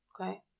okay